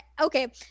okay